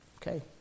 Okay